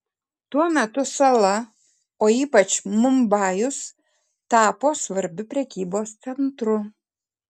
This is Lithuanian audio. tuo metu sala o ypač mumbajus tapo svarbiu prekybos centru